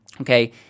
Okay